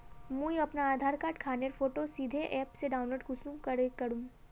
मुई अपना आधार कार्ड खानेर फोटो सीधे ऐप से डाउनलोड कुंसम करे करूम?